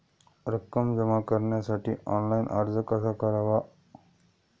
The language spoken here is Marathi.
रक्कम जमा करण्यासाठी ऑनलाइन अर्ज कसा करावा?